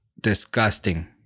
disgusting